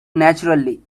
naturally